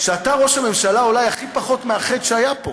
שאתה ראש הממשלה אולי הכי פחות מאחד שהיה פה.